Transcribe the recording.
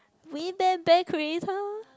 we-bear-bear creator